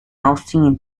austin